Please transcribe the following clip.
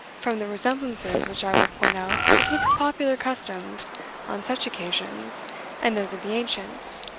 from the resemblances which i will point out betwixt popular customs on such occasions and those of the ancients.